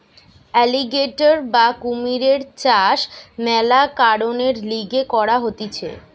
alligator বা কুমিরের চাষ মেলা কারণের লিগে করা হতিছে